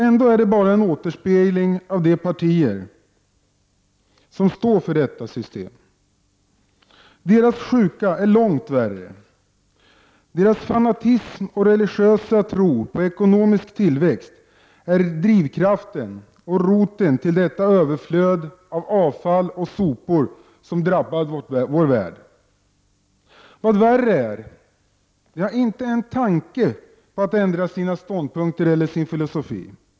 Ändå är det här bara en återspegling av de partier som står för detta system, och deras sjukdom är långt värre. Deras fanatism och religiösa tro på ekonomisk tillväxt är drivkraften och roten till det överflöd av avfall och sopor som drabbat vår värld. Och vad värre är: De har inte en tanke på att ändra sina ståndpunkter eller sin filosofi.